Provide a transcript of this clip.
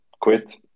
quit